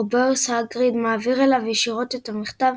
רובאוס האגריד מעביר אליו ישירות את המכתב